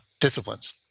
disciplines